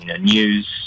news